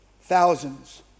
Thousands